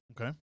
okay